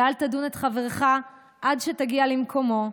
ואל תדון את חברך עד שתגיע למקומו,